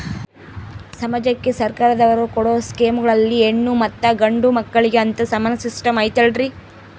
ಸಮಾಜಕ್ಕೆ ಸರ್ಕಾರದವರು ಕೊಡೊ ಸ್ಕೇಮುಗಳಲ್ಲಿ ಹೆಣ್ಣು ಮತ್ತಾ ಗಂಡು ಮಕ್ಕಳಿಗೆ ಅಂತಾ ಸಮಾನ ಸಿಸ್ಟಮ್ ಐತಲ್ರಿ?